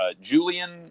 Julian